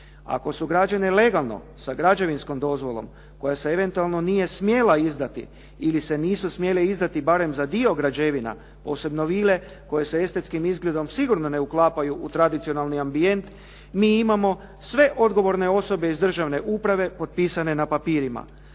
Ako su građene legalno sa građevinskom dozvolom koja se eventualno nije smjela izdati ili se nisu smjele izdati barem za dio građevina posebno vile koje se estetskim izgledom sigurno ne uklapaju u tradicionalni ambijent mi imamo sve odgovorne osobe iz državne uprave potpisane na papirima.